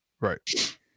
right